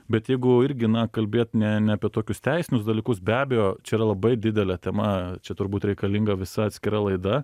bet jeigu irgi na kalbėt ne ne apie tokius teisinius dalykus be abejo čia yra labai didelė tema čia turbūt reikalinga visa atskira laida